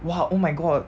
!wah! oh my god